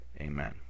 amen